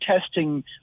testing